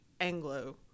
Anglo